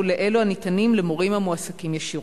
לאלה הניתנים למורים המועסקים ישירות?